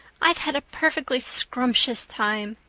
i've had a perfectly scrumptious time.